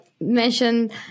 mentioned